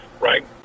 right